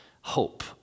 hope